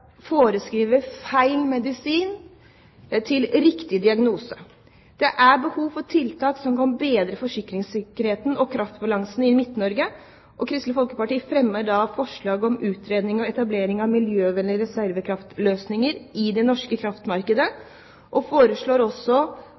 foreskriver feil medisin til riktig diagnose. Det er behov for tiltak som kan bedre forsyningssikkerheten og kraftbalansen i Midt-Norge, og Kristelig Folkeparti fremmer forslag om utredning og etablering av miljøvennlig reservekraftløsninger i det norske kraftmarkedet, og vi foreslår også